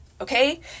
Okay